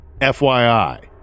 FYI